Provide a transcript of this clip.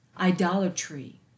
idolatry